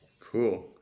cool